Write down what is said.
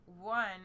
one